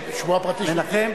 מנחם.